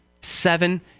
Seven